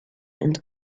and